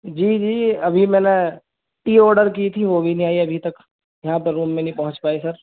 جی جی یہ ابھی میں نے ٹی آڈر کی تھی وہ بھی نہیں آئی ابھی تک یہاں پہ روم میں نہیں پہنچ پائی سر